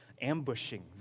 ambushing